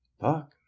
Fuck